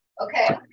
Okay